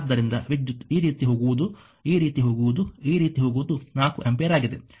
ಆದ್ದರಿಂದ ವಿದ್ಯುತ್ ಈ ರೀತಿ ಹೋಗುವುದು ಈ ರೀತಿ ಹೋಗುವುದು ಈ ರೀತಿ ಹೋಗುವುದು 4 ಆಂಪಿಯರ್ ಆಗಿದೆ